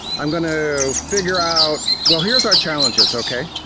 i'm gonna you know figure out. well here's our challenges okay?